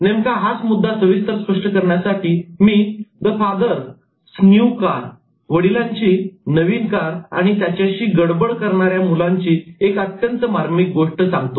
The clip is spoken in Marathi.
नेमका हाच मुद्दा सविस्तर स्पष्ट करण्यासाठी मी 'The Father's New Car' the father's new car "वडिलांची नवीन कार आणि त्याच्याशी गडबडछेडछाड करणाऱ्या मुलाची" एक अत्यंत मार्मिक गोष्ट सांगतोय